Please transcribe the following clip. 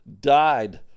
Died